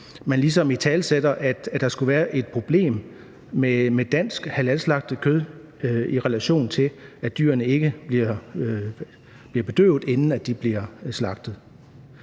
ligesom italesætter, at der skulle være et problem med dansk halalslagtet kød, i relation til at dyrene ikke bliver bedøvet, inden de bliver slagtet.